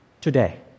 today